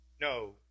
No